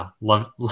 Love